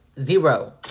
zero